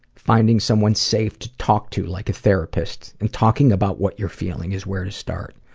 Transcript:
finding someone safe to talk to like a therapist and talking about what you're feeling is where to start.